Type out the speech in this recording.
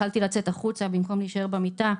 התחלתי לצאת החוצה במקום להישאר במיטה,